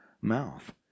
mouth